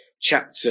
chapter